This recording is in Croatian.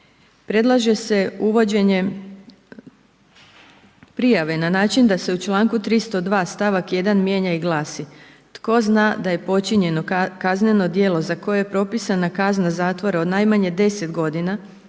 Predlaže se uvođenje prijave na način da se u čl. 302., st. 1. mijenja i glasi: tko zna da je počinjeno kazneno djelo za koje je propisana kazna zatvora od najmanje 10 godina